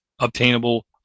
obtainable